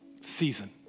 season